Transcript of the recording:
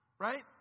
Right